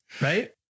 Right